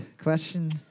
Question